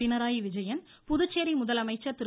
பினராயி விஜயன் புதுச்சேரி முதலமைச்சர் திரு